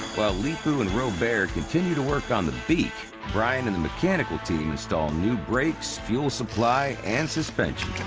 leepu and robert continue to work on the beak, brian and the mechanical team instal new brakes, fuel supply and suspension.